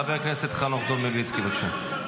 חבר הכנסת חנוך דב מלביצקי, בבקשה.